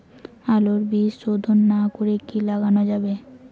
আলুর বীজ শোধন না করে কি লাগানো যাবে?